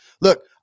Look